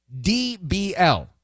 DBL